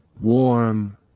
warm